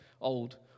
old